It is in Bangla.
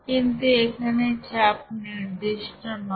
কিন্তু এখানে চাপ নির্দিষ্ট নয়